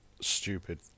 stupid